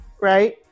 right